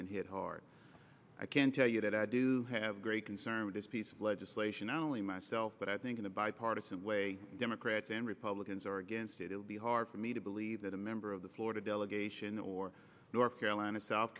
been hit hard i can tell you that i do have great concern with this piece of legislation only myself but i think in a bipartisan way democrats and republicans are against it it would be hard for me to believe that a member of the florida delegation or north carolina south